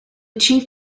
chief